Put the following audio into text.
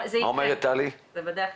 זה יקרה.